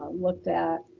looked at.